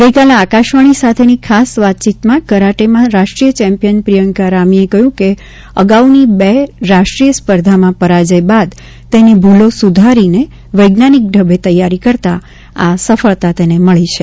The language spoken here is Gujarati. ગઇકાલે આકાશવાણી સાથેની ખાસ વાતચીતમાં કરાટેમાં રાષ્ટ્રીય ચેમ્પીયન પ્રિયંકા રામીએ કહ્યું કે અગાઉની બે રાષ્ટ્રીય સ્પર્ધામાં પરાજય બાદ તેની ભુલો સુધારી વૈજ્ઞાનિક ઢબે તૈયારી કરતાં આ સફળતા મળી છે